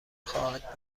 خواهد